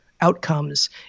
outcomes